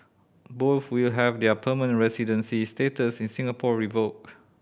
both will have their permanent residency status in Singapore revoked